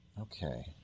Okay